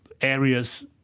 areas